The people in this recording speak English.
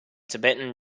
tibetan